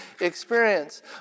experience